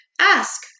ask